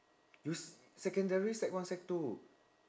you s~ secondary sec one sec two